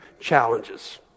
challenges